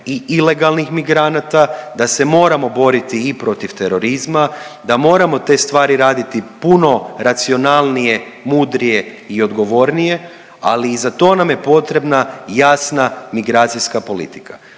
i ilegalnih migranata, da se moramo boriti i protiv terorizma, da moramo te stvari raditi puno racionalnije, mudrije i odgovornije ali i za to nam je potrebna jasna migracijska politika.